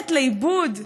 והולכת לאיבוד,